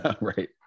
right